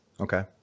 Okay